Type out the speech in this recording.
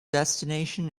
destination